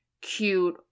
cute